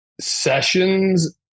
sessions